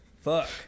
Fuck